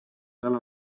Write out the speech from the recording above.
tal